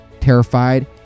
Terrified